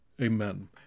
Amen